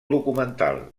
documental